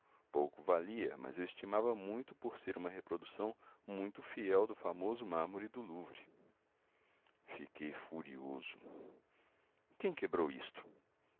pouco valia mas eu estimava muito por ser uma reprodução muito fiel do famoso mármore do louvre fiquei furioso quem quebrou isto